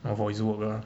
orh for his work ah